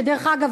שדרך אגב,